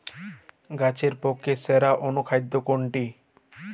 গাছের পক্ষে সেরা অনুখাদ্য কোনটি?